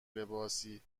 لباسهای